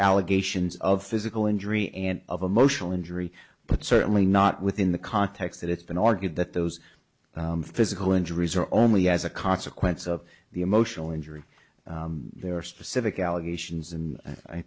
allegations of physical injury and of emotional injury but certainly not within the context that it's been argued that those physical injuries are only as a consequence of the emotional injury there are specific allegations and i